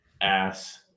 ass